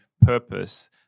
purpose